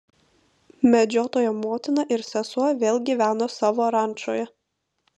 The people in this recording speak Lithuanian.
medžiotojo motina ir sesuo vėl gyveno savo rančoje